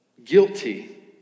Guilty